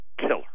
killer